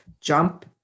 Jump